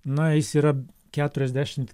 na jis yra keturiasdešimt